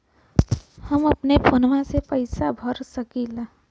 हम अपना फोनवा से ही पेसवा भर सकी ला?